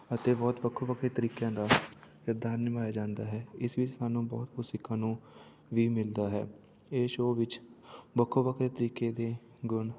ਅਤੇ ਬਹੁਤ ਵੱਖੋ ਵੱਖਰੇ ਤਰੀਕਿਆਂ ਦਾ ਕਿਰਦਾਰ ਨਿਭਾਇਆ ਜਾਂਦਾ ਹੈ ਇਸ ਵਿੱਚ ਸਾਨੂੰ ਬਹੁਤ ਕੁਝ ਸਿੱਖਣ ਨੂੰ ਵੀ ਮਿਲਦਾ ਹੈ ਇਹ ਸ਼ੋਅ ਵਿੱਚ ਵੱਖੋ ਵੱਖਰੇ ਤਰੀਕੇ ਦੇ ਗੁਣ